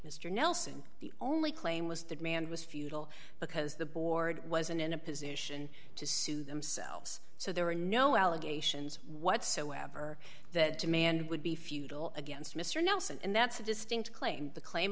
mr nelson the only claim was the demand was futile because the board wasn't in a position to sue themselves so there were no allegations whatsoever that demand would be futile against mr nelson and that's a distinct claim the claim